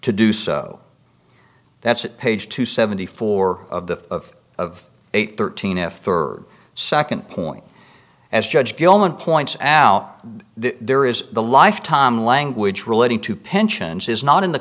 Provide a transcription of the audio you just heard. to do so that's at page two seventy four of of eight thirteen if for second point as judge gilman points out there is the lifetime language relating to pensions is not in the